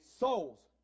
Souls